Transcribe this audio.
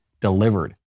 delivered